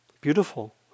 Beautiful